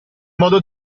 modo